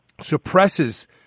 suppresses